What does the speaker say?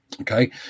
Okay